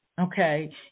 Okay